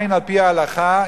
העין על-פי ההלכה,